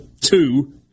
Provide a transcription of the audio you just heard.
two